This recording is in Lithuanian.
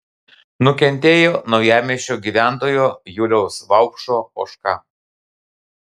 nukentėjo naujamiesčio gyventojo juliaus vaupšo ožka